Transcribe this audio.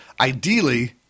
Ideally